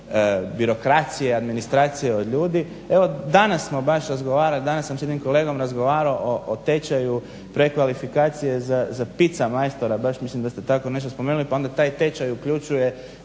birokracije, administracije od ljudi. Evo danas smo baš razgovarali, danas sam sa jednim kolegom razgovarao o tečaju prekvalifikacije za pizza majstora, baš mislim da ste tako nešto spomenuli, pa onda taj tečaj uključuje